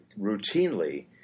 routinely